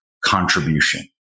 contribution